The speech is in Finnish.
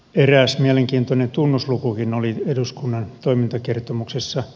eräs mielenkiintoinen tunnuslukukin oli eduskunnan toimintakertomuksessa